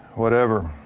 whatever.